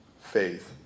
faith